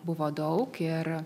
buvo daug ir